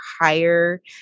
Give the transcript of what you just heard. higher